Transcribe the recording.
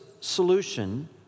solution